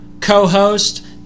co-host